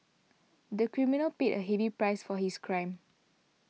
the criminal paid a heavy price for his crime